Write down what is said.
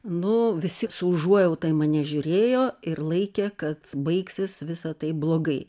nu visi su užuojauta į mane žiūrėjo ir laikė kad baigsis visa tai blogai